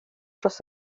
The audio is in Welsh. dros